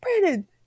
Brandon